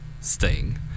Sting